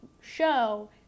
show